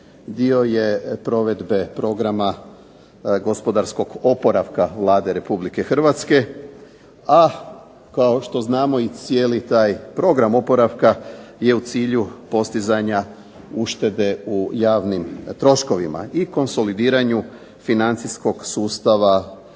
dio je provedbe Programa gospodarskog oporavka Vlade Republike Hrvatske, a kao što znamo i cijeli taj Program oporavka je u cilju postizanja uštede u javnim troškovima i konsolidiranju financijskog sustava u